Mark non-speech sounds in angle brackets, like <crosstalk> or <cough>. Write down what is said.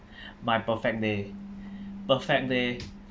<breath> my perfect day <breath> perfect day